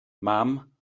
mam